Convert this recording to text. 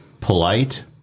polite